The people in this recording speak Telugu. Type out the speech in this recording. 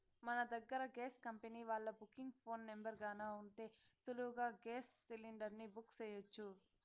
మన దగ్గర గేస్ కంపెనీ వాల్ల బుకింగ్ ఫోను నెంబరు గాన ఉంటే సులువుగా గేస్ సిలిండర్ని బుక్ సెయ్యొచ్చు